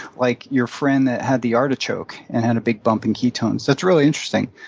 like your friend that had the artichoke and had a big bump in ketones. that's really interesting.